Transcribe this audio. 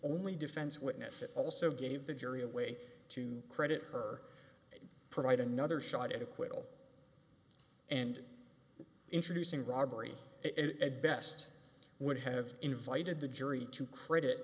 only defense witness it also gave the jury a way to credit her and provide another shot at acquittal and introducing robbery it at best would have invited the jury to credit